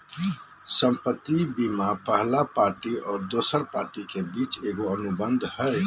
संपत्ति बीमा पहला पार्टी और दोसर पार्टी के बीच एगो अनुबंध हइ